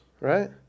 right